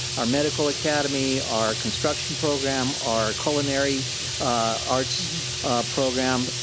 our medical academy, our construction program, our culinary arts program,